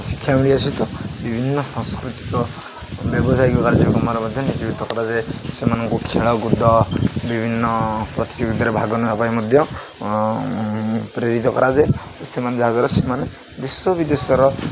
ଶିକ୍ଷା ମିଳିିବା ସହିତ ବିଭିନ୍ନ ସାଂସ୍କୃତିକ ବ୍ୟବସାୟିକ କାର୍ଯ୍ୟକ୍ରମରେ ମଧ୍ୟ କରାଯାଏ ସେମାନଙ୍କୁ ଖେଳକୁୁଦ ବିଭିନ୍ନ ପ୍ରତିଯୋଗିତାରେ ଭାଗ ନେବା ପାଇଁ ମଧ୍ୟ ପ୍ରେରିତ କରାଯାଏ ଓ ସେମାନେ ଦେଶ ବିଦେଶର